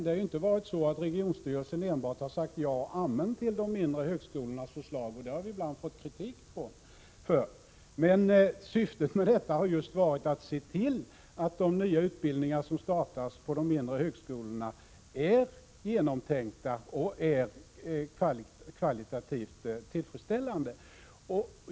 Den har inte enbart sagt ja och amen till de mindre högskolornas förslag, och det har vi emellanåt fått kritik för. Men syftet med detta har just varit att se till att de nya utbildningar som startas på de mindre högskolorna är genomtänkta och kvalitativt tillfredsställande.